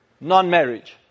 non-marriage